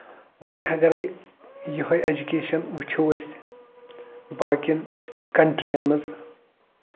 وۄنۍ اَگرٕے یِہوے ایٚجوٗکیشن وُچھو أسۍ باقین کَنٹرین منٛز